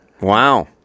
Wow